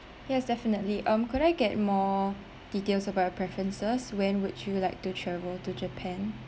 yes definitely um could I get more details about preferences when would you like to travel to japan